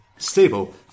Stable